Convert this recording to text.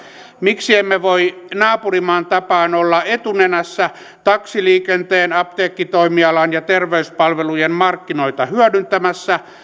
miksi emme voi naapurimaan tapaan olla etunenässä taksiliikenteen apteekkitoimialan ja terveyspalvelujen markkinoita hyödyntämässä